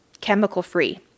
chemical-free